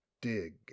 dig